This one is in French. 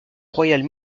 royale